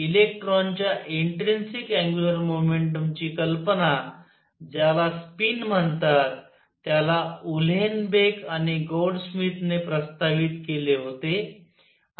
इलेक्ट्रॉनच्या intrinsic angular मोमेंटमची कल्पना ज्याला स्पिन म्हणतात त्याला उलहेनबेक आणि गौडस्मिथ ने प्रस्तावित केले होते